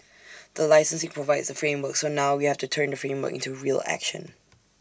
the licensing provides the framework so now we have to turn the framework into real action